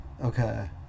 Okay